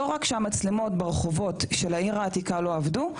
לא רק שהמצלמות ברחובות של העיר העתיקה לא עבדו,